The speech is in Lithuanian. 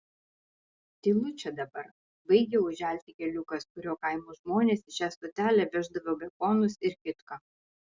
tylu čia dabar baigia užželti keliukas kuriuo kaimo žmonės į šią stotelę veždavo bekonus ir kitką